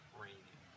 raining